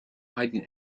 hiding